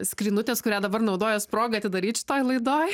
skrynutės kurią dabar naudojuos proga atidaryt šitoj laidoj